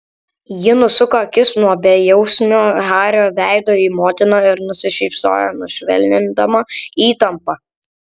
ji nusuko akis nuo bejausmio hario veido į motiną ir nusišypsojo sušvelnindama įtampą